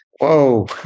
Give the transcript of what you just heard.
whoa